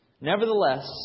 Nevertheless